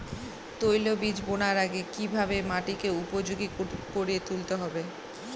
তৈলবীজ বোনার আগে কিভাবে মাটিকে উপযোগী করে তুলতে হবে?